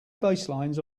baselines